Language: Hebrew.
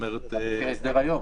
זה בדרך כלל היום.